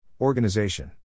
Organization